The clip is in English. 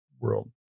world